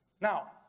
Now